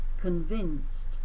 convinced